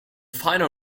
final